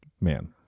man